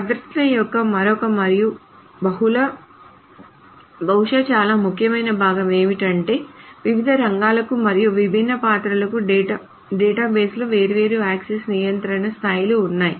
భద్రత యొక్క మరొక మరియు బహుశా చాలా ముఖ్యమైన భాగం ఏమిటంటే వివిధ రంగాలకు మరియు విభిన్న పాత్రలకు డేటాబేస్లో వేర్వేరు యాక్సెస్ నియంత్రణ స్థాయిలు ఉన్నాయి